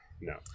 No